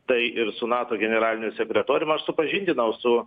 tai ir su nato generaliniu sekretorium aš supažindinau su